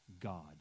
God